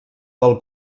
del